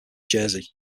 jersey